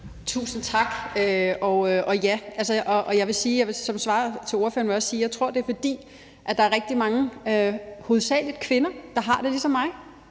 sige, at jeg tror, at det er, fordi der er rigtig mange, hovedsagelig kvinder, der har det ligesom mig,